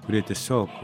kurie tiesiog